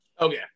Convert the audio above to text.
Okay